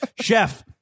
chef